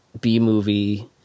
B-movie